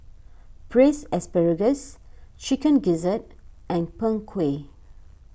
Braised Asparagus Chicken Gizzard and Png Kueh